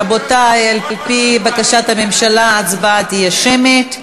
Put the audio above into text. רבותי, על-פי בקשת הממשלה, ההצבעה תהיה שמית.